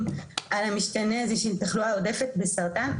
על המשתנה הזה של תחלואה עודפת בסרטן,